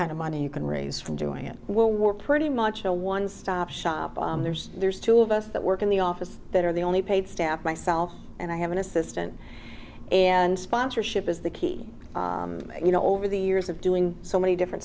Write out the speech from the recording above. kind of money you can raise from doing it well we're pretty much a one stop shop there's there's two of us that work in the office that are the only paid staff myself and i have an assistant and sponsorship is the key you know over the years of doing so many different